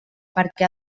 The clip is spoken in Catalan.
perquè